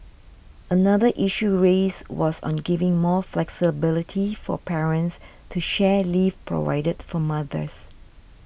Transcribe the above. another issue raised was on giving more flexibility for parents to share leave provided for mothers